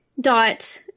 dot